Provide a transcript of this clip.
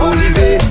Olivier